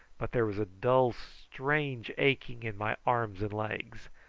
but there was a dull strange aching in my arms and legs.